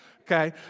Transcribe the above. okay